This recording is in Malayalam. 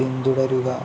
പിന്തുടരുക